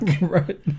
Right